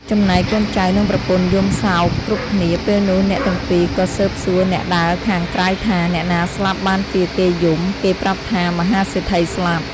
ចំណែកកូនចៅនិងប្រពន្ធយំសោកគ្រប់គ្នា ពេលនោះអ្នកទាំងពីរក៏ស៊ើបសួរអ្នកដើរខាងក្រៅថា “អ្នកណាស្លាប់បានជាគេយំ?”គេប្រាប់ថា “មហាសេដ្ឋីស្លាប់។